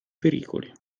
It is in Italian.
pericoli